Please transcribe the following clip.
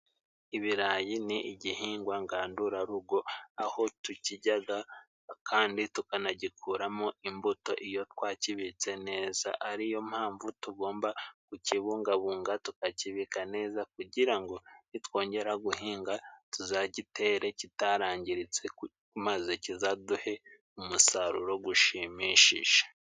Ibirayi ni igihingwa ngandurarugo aho tukiryaga kandi tukanagikuramo imbuto iyo twakibitse neza, ariyo mpamvu tugomba kukibungabunga tukakibika neza kugira ngo nitwongera guhinga tuzagitere kitarangiritse maze kizaduhe umusaruro gushimishije.